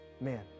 man